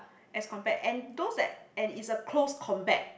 as compared and those that and it's a close combat